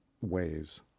ways